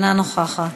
אינה נוכחת,